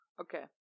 Okay